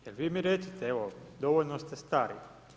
Jel vi mi recite, evo dovoljno ste stari.